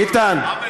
ביטן,